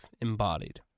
embodied